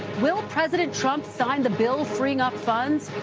will president trump sign the bill freeing up funds?